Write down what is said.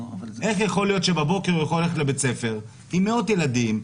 איך יכול להיות שבבוקר הוא יכול ללכת לבית ספר עם מאות ילדים,